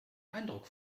eindruck